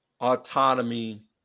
autonomy